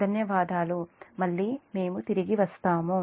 ధన్యవాదాలు మళ్ళీ మేము తిరిగి వస్తాము